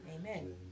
Amen